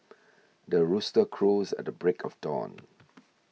the rooster crows at the break of dawn